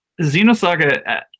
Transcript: Xenosaga